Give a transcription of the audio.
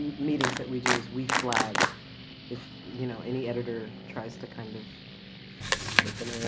meetings that we do is we flag if, you know, any editor tries to kind of slip it